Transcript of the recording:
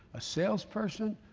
a salesperson,